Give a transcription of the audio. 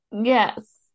Yes